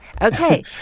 Okay